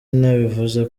nabivuze